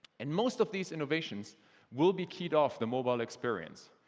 and most of these innovations will be keyed off the mobile experience.